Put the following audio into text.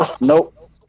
Nope